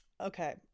Okay